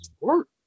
work